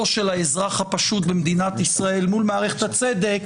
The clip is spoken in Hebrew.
של האזרח הפשוט במדינת ישראל מול מערכת הצדק,